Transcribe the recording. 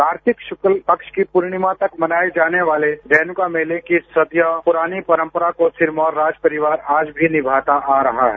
कार्तिक शुक्ल पक्ष की पूर्णिमा तक मनाए जाने वाले रेणुका मेले की सदियों पूरानी परंपरा को सिरमौर राज परिवार आज भी निभाता आ रहा है